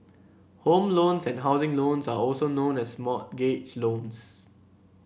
home loans and housing loans are also known as mortgage loans